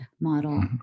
model